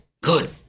Good